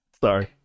Sorry